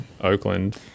Oakland